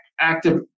active